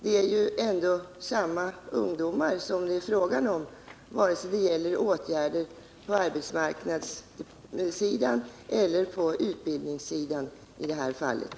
Det är ju ändå samma ungdomar som det är fråga om, vare sig det gäller åtgärder på arbetsmarknadssidan eller på utbildningssidan, som i det här fallet.